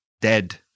dead